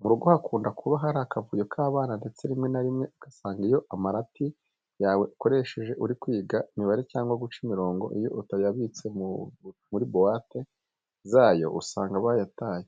Mu rugo hakunda kuba hari akavuyo k'abana ndetse rimwe na rimwe ugasanga iyo amarati yawe ukoresha uri kwiga imibare cyangwa guca imirongo, iyo utayabitse muri buwate zayo, usanga bayataye,